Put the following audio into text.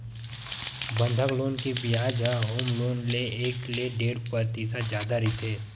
बंधक लोन के बियाज ह होम लोन ले एक ले डेढ़ परतिसत जादा रहिथे